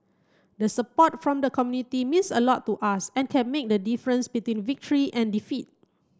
the support from the community means a lot to us and can make the difference between victory and defeat